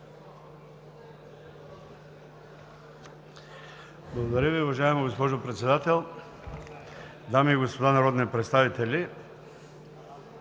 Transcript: Благодаря Ви, уважаема госпожо Председател. Дами и господа народни представители!